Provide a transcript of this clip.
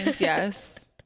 yes